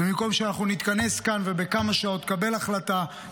ובמקום שאנחנו נתכנס כאן ובכמה שעות נקבל החלטה,